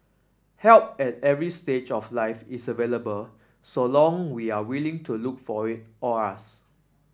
help at every stage of life is available so long we are willing to look for it or ask